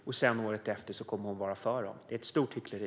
Men sedan, året efter, kommer de att vara för dem. Det är ett stort hyckleri.